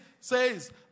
says